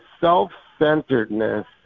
self-centeredness